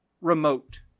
remote